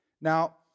Now